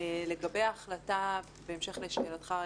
לגבי ההחלטה בהמשך לשאלתך,